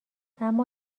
اما